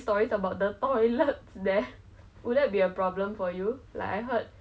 it it makes me feel like okay maybe 我可以尝试一下去